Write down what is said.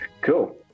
Cool